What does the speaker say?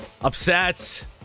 upset